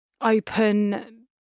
open